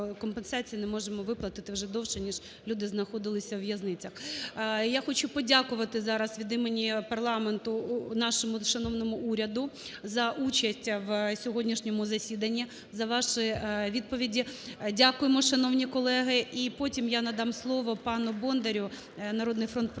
не можемо виплатити вже довше, ніж люди знаходилися у в'язницях. Я хочу подякувати зараз від імені парламенту нашому шановному уряду за участь у сьогоднішньому засіданні, за ваші відповіді. Дякуємо, шановні колеги! І потім я надам слово пану Бондарю, "Народний фронт" просить